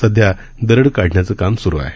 सध्या दरड काढण्याचं काम सुरू आहे